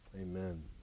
Amen